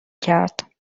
کرد